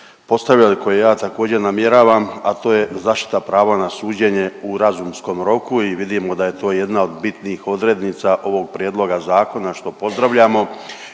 postavljali koje ja također namjeravam, a to je zaštita prava na suđenje u razumskom roku i vidimo da je to jedna od bitnih odrednica ovog Prijedloga zakona što pozdravljamo